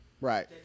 Right